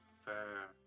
Fair